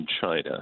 China